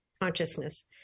consciousness